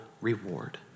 reward